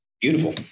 beautiful